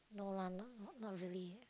no lah not not really